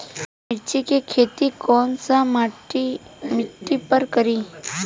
मिर्ची के खेती कौन सा मिट्टी पर करी?